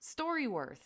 StoryWorth